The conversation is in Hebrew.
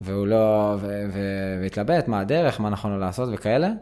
והוא לא, והתלבט מה הדרך, מה נכון לו לעשות וכאלה.